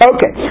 Okay